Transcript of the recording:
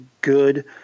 good